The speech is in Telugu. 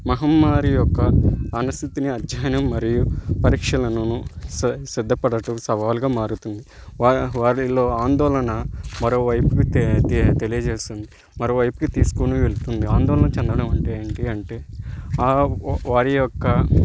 మహమ్మారి యొక్క అనస్థితిని అధ్యయనం మరియు పరీక్షలనను శ సిద్ధపడటు సవాలుగా మారుతుంది వ వారిలో ఆందోళన మరోవైపుకి తెలియజేస్తుంది మర వైపుకి తీసుకొని వెళ్తుంది ఆందోళన చెందడం అంటే ఏంటి అంటే వారి యొక్క